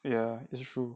ya it's true